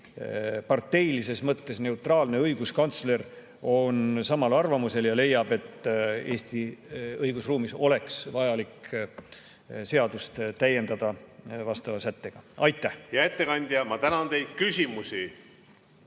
parteilises mõttes täiesti neutraalne õiguskantsler on samal arvamusel ja leiab, et Eesti õigusruumis oleks vajalik seda seadust täiendada vastava sättega. Aitäh! Hea ettekandja, ma tänan teid. Küsimusi